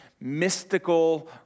mystical